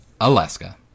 Alaska